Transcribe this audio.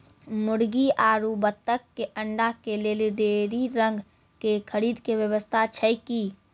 मुर्गी आरु बत्तक के अंडा के लेली डेयरी रंग के खरीद के व्यवस्था छै कि?